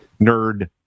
nerd